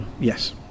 Yes